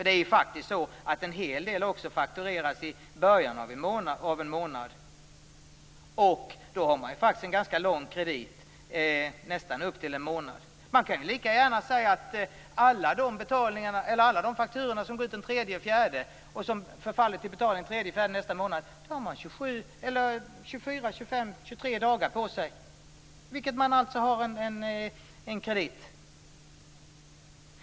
Det är faktiskt en hel del som faktureras i början av en månad, och då har man en ganska lång kredit - nästan upp till en månad. Man kan lika gärna säga att vid alla de fakturor som går ut den 3 eller den 4 och förfaller till betalning den 3 eller den 4 nästa månad har man 23-25 dagar på sig under vilka man har kredit.